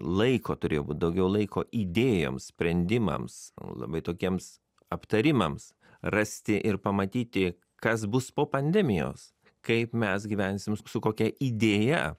laiko turėjo būt daugiau laiko idėjoms sprendimams labai tokiems aptarimams rasti ir pamatyti kas bus po pandemijos kaip mes gyvensim su kokia idėja